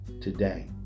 today